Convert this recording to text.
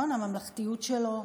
נכון, על הממלכתיות שלו.